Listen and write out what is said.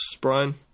brian